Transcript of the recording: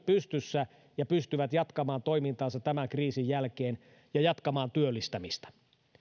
pystyssä ja pystyvät jatkamaan toimintaansa tämän kriisin jälkeen ja jatkamaan työllistämistä